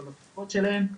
לא לכוחות שלהם,